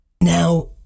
Now